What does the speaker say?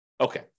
Okay